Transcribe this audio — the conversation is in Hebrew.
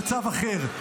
זה צו אחר.